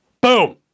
Boom